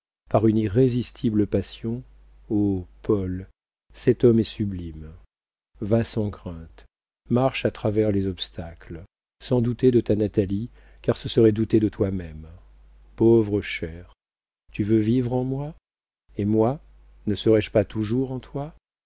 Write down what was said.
par une irrésistible passion oh paul cet homme est sublime va sans crainte marche à travers les obstacles sans douter de ta natalie car ce serait douter de toi-même pauvre cher tu veux vivre en moi et moi ne serai-je pas toujours en toi